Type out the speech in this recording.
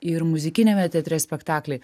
ir muzikiniame teatre spektakliai